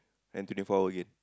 and twenty four hour again